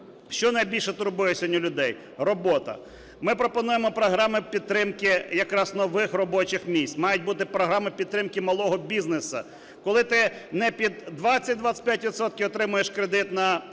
Що найбільше турбує сьогодні людей? Робота. Ми пропонуємо програми підтримки якраз нових робочих місць. Мають бути програми підтримки малого бізнесу, коли ти не під 20-25 відсотків отримуєш кредит на